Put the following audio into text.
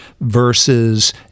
versus